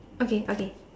okay okay